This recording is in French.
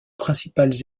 principales